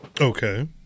Okay